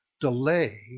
delay